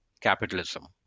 capitalism